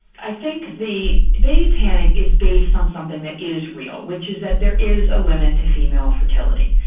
i think the baby panic is based on something that is real, which is that there is a limit to female fertility.